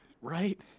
Right